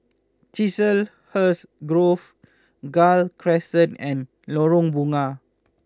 Chiselhurst Grove Gul Crescent and Lorong Bunga